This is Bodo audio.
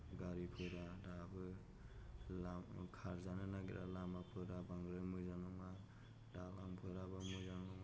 गारिफोरा दाबो खारजानो नागिरा लामाफोरा बांद्राय मोजां नङा दा दालांफोरा मोजां नङा